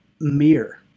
mirror